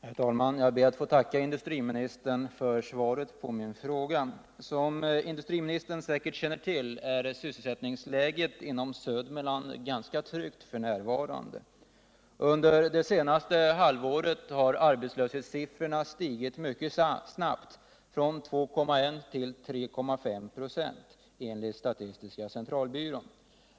Herr talman! Jag ber att få tacka industriministern för svaret på min fråga. Som industriministern säkert känner till, är sysselsättningsläget inom Södermanland ganska tryckt f. n. Under det senaste halvåret har arbetslösheten stigit mycket snabbt, från 2,1 till 3,5 96 enligt statistiska centralbyrån.